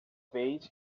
vez